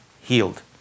healed